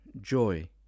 joy